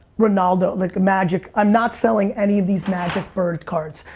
ronaldo, like magic, i'm not selling any of these magic, bird cards.